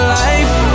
life